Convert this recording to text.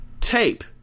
tape